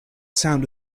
sound